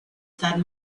that